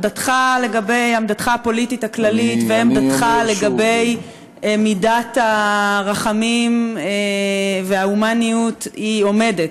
עמדתך הפוליטית הכללית ועמדתך לגבי מידת הרחמים וההומניות עומדת,